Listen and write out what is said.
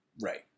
Right